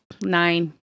nine